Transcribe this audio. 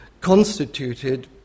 constituted